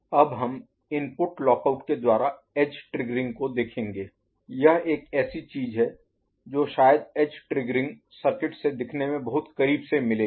अब हम input lockout के द्वारा एज ट्रिग्गरिंग को देखेंगे यह एक ऐसी चीज है जो शायद एज ट्रिग्गरिंग सर्किट से दिखने में बहुत करीब से मिलेगी